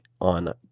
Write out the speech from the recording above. on